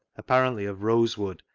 apparently of rosewood,